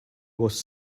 was